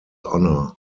honor